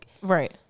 Right